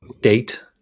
date